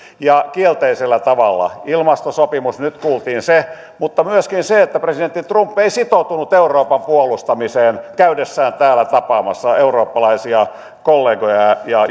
ja kielteisellä tavalla ilmastosopimuksesta nyt kuultiin mutta myöskin se että presidentti trump ei sitoutunut euroopan puolustamiseen käydessään täällä tapaamassa eurooppalaisia kollegoja ja ja